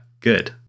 good